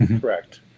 Correct